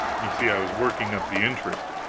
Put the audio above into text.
you see, i was working up the interest.